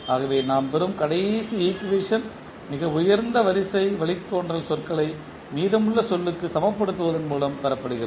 ஆகவே நாம் பெறும் கடைசி ஈக்குவேஷன் மிக உயர்ந்த வரிசை வழித்தோன்றல் சொற்களை மீதமுள்ள சொல்லுக்கு சமன்படுத்துவதன் மூலம் பெறப்படுகிறது